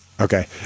Okay